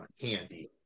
handy